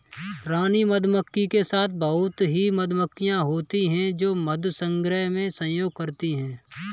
रानी मधुमक्खी के साथ बहुत ही मधुमक्खियां होती हैं जो मधु संग्रहण में सहयोग करती हैं